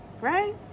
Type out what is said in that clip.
right